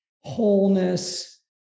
wholeness